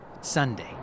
Sunday